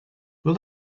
will